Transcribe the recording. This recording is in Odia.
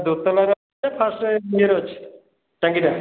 ଦୋ ତାଲା ଫାଷ୍ଟ ଇଏରେ ଅଛି ଟାଙ୍କିଟା